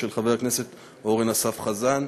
של חבר הכנסת אורן אסף חזן.